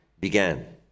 began